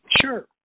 Sure